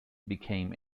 became